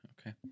Okay